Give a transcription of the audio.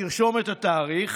תרשום את התאריך